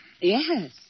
Yes